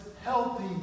healthy